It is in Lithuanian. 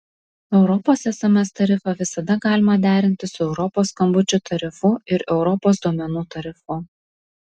europos sms tarifą visada galima derinti su europos skambučių tarifu ir europos duomenų tarifu